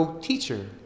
teacher